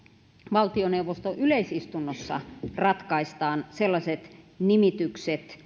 valtioneuvoston yleisistunnossa ratkaistaan sellaiset nimitykset